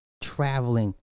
traveling